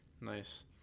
Nice